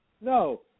no